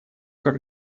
как